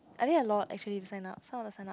I think a lot actually sign up some of them sign up